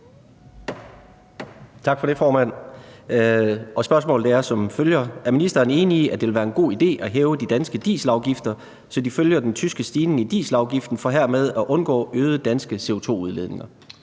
Tak for det, formand. Spørgsmålet er som følger: Er ministeren enig i, at det vil være en god idé at hæve de danske dieselafgifter, så de følger den tyske stigning i dieselafgiften for herved at undgå øgede danske CO2-udledninger?